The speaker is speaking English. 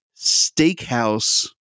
steakhouse